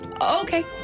Okay